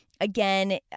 Again